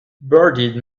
bearded